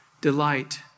delight